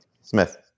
Smith